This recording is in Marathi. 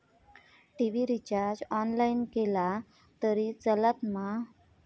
टी.वि रिचार्ज ऑनलाइन केला तरी चलात मा?